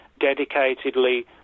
dedicatedly